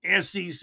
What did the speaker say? SEC